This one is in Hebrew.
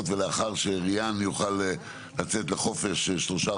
ולאחר שריאן יוכל לצאת לחופש שלושה,